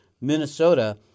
Minnesota